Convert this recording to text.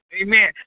Amen